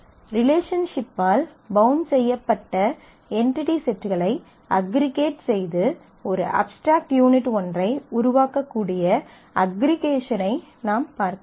ரிலேஷன்ஷிப்பால் bound செய்யப்பட்ட entity செட்களை aggregate செய்து ஒரு அப்ஸ்ட்ராக்ட் யூனிட் ஒன்றை உருவாக்கக்கூடிய அஃகிறீகேஷன் ஐ நாம் பார்க்க வேண்டும்